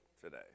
today